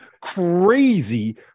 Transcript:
crazy